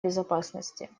безопасности